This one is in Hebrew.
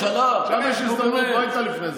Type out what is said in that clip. זה שאלה פופוליסטית.